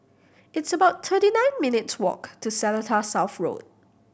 it's about thirty nine minutes' walk to Seletar South Road